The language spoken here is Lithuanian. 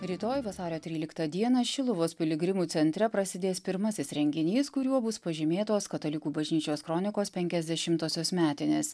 rytoj vasario tryliktą dieną šiluvos piligrimų centre prasidės pirmasis renginys kuriuo bus pažymėtos katalikų bažnyčios kronikos penkiasdešimtosios metinės